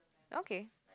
okay